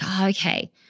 okay